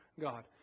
God